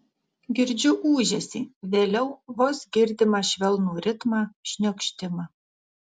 girdžiu ūžesį vėliau vos girdimą švelnų ritmą šniokštimą